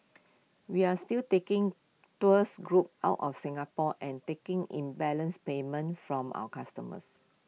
we are still taking tours groups out of Singapore and taking in balance payments from our customers